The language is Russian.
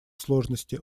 сложности